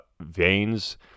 veins